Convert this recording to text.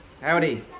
Howdy